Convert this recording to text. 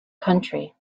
country